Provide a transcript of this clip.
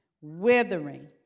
withering